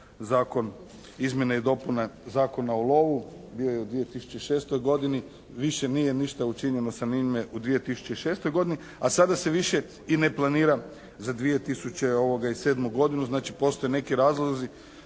Zakon o izmjenama dopunama Zakona o lovu, bio je u 2006. godini, više nije ništa učinjeno sa njime u 2006. godini, a sada se više ništa i ne planira za 2007. godinu, znači postoje neki razlozi,